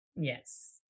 Yes